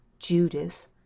Judas